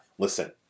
Listen